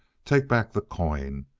take back the coin.